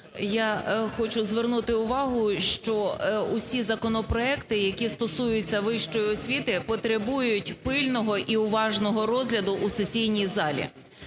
я хочу звернути увагу, що усі законопроекти, які стосуються вищої освіти, потребують пильного і уважного розгляду у сесійній залі.